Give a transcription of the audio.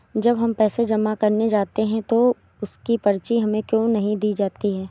जब हम पैसे जमा करने जाते हैं तो उसकी पर्ची हमें क्यो नहीं दी जाती है?